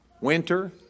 winter